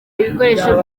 ibikoresho